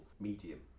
medium